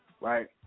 right